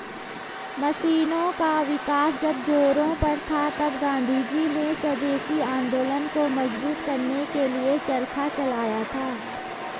मशीनों का विकास जब जोरों पर था तब गाँधीजी ने स्वदेशी आंदोलन को मजबूत करने के लिए चरखा चलाया था